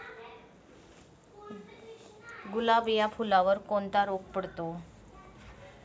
गुलाब या फुलावर कोणता रोग पडतो?